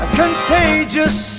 contagious